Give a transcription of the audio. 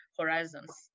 horizons